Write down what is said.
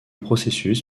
processus